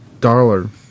dollar